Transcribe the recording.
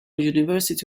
university